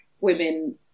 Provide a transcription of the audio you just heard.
women